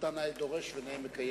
שאתה נאה דורש ונאה מקיים.